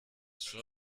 schon